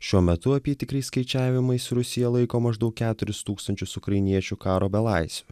šiuo metu apytikriais skaičiavimais rusija laiko maždaug keturis tūkstančius ukrainiečių karo belaisvių